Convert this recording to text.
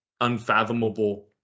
unfathomable